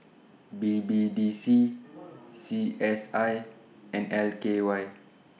B B D C C S I and L K Y